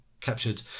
captured